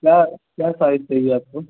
क्या क्या साइज चाहिए आपको